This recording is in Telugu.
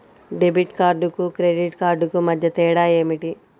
డెబిట్ కార్డుకు క్రెడిట్ కార్డుకు మధ్య తేడా ఏమిటీ?